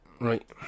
right